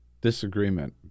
disagreement